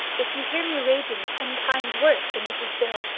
if you hear me raging ten times worse than mrs. bill,